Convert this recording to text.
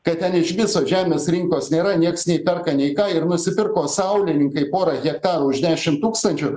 kad ten iš viso žemės rinkos nėra nieks nei perka nei ką ir nusipirko saulininkai pora hektarų už dešim tūkstančių